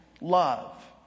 love